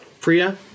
Priya